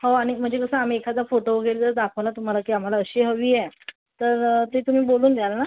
हो आणि म्हणजे कसं आम्ही एखादा फोटो वगैरे जर दाखवला तुम्हाला की आम्हाला अशी हवी आहे तर ते तुम्ही बोलून द्याल ना